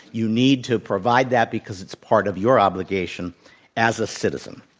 you need to provide that because it's part of your obligation as a citizen.